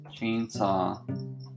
Chainsaw